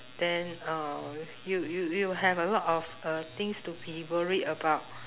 then uh you you you have a lot of uh things to be worried about